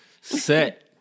set